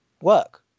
work